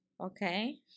Okay